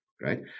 Right